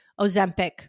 Ozempic